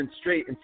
straight